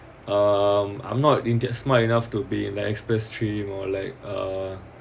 um I'm not in that smart enough to be in the express stream or like uh